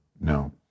No